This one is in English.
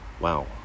Wow